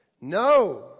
No